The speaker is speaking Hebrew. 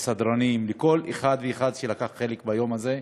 לסדרנים, לכל אחד ואחד ממי שלקחו חלק ביום הזה.